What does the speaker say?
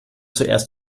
zuerst